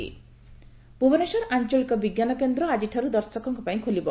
ଆଞ୍ଚଳିକ ବିଙ୍କାନ କେନ୍ଦ୍ ଭୁବନେଶ୍ୱର ଆଞ୍ଚଳିକ ବିଙ୍କାନ କେନ୍ଦ୍ ଆଜିଠାରୁ ଦର୍ଶକଙ୍କ ପାଇଁ ଖୋଲିବ